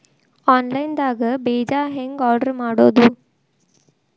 Online ದಾಗ ಬೇಜಾ ಹೆಂಗ್ ಆರ್ಡರ್ ಮಾಡೋದು?